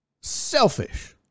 selfish